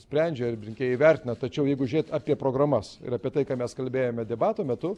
sprendžia rinkėjai vertina tačiau jeigu žiūrėt apie programas ir apie tai ką mes kalbėjome debatų metu